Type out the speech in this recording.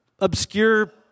obscure